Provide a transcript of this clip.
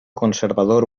conservador